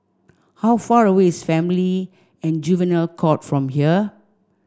how far away is Family and Juvenile Court from here